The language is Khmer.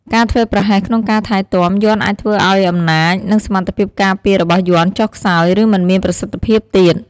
ការធ្វេសប្រហែសក្នុងការថែទាំ យ័ន្តអាចធ្វើឱ្យអំណាច និងសមត្ថភាពការពាររបស់យន្តចុះខ្សោយ ឬមិនមានប្រសិទ្ធភាពទៀត។